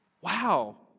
Wow